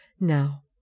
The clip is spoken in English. Now